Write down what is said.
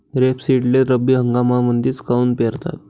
रेपसीडले रब्बी हंगामामंदीच काऊन पेरतात?